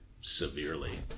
severely